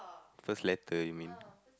first letter you mean